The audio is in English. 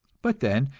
but then,